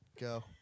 Go